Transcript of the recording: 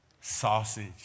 sausage